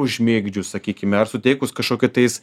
užmigdžius sakykime ar suteikus kažkokį tais